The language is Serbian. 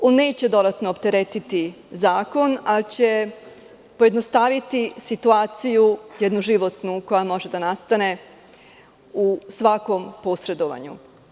On neće dodatno opteretiti zakon ali će pojednostaviti situaciju jednu životnu koja može da nastane u svakom posredovanju.